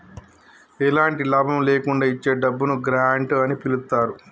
ఎలాంటి లాభం లేకుండా ఇచ్చే డబ్బును గ్రాంట్ అని పిలుత్తారు